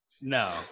No